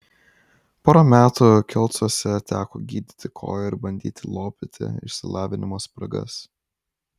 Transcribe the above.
porą metų kelcuose teko gydyti koją ir bandyti lopyti išsilavinimo spragas